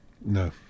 No